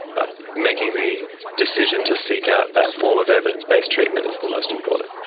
but making the decision to seek out that form of evidence-based treatment is the most important.